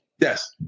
Yes